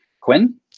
Quinn